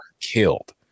killed